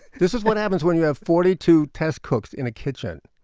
this is what happens when you have forty two test cooks in a kitchen,